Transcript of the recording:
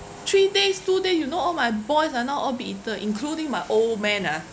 three days two days you know all my boys are now all big eater including my old man ah